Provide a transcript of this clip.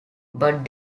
but